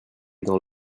dans